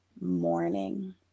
morning